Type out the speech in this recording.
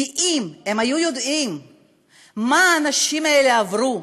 כי אם הם היו יודעים מה האנשים האלה עברו,